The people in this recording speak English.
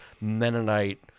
Mennonite